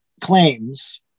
claims